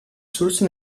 source